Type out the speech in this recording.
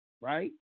Right